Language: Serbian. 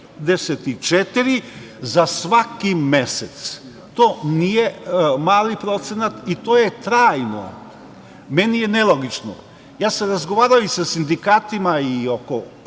za svaki mesec. To nije mali procenat i to je trajno. Meni je nelogično. Razgovarao sam i sa sindikatima i oko